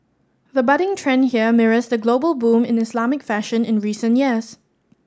the budding trend here mirrors the global boom in Islamic fashion in recent years